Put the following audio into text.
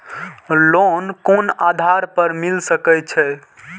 Loan कोन आधार पर मिल सके छे?